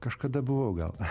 kažkada buvau gal